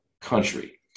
country